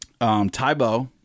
Tybo